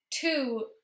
two